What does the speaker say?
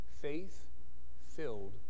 faith-filled